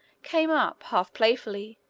came up, half playfully,